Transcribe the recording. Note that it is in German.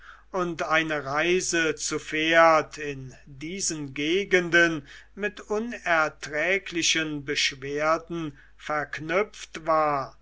und eine reise zu pferd in diesen gegenden mit unerträglichen beschwerden verknüpft war